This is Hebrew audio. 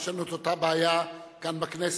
יש לנו אותה בעיה גם בכנסת.